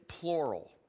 plural